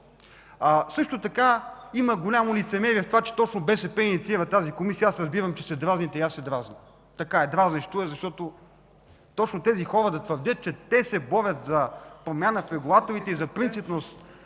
Също има голямо лицемерие в това, че точно БСП инициира тази Комисия. Аз разбирам, че се дразните, но и аз се дразня. Така е, дразнещо е, защото точно тези хора твърдят, че те се борят за промяна в регулаторите и за принципност,